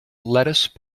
lettuce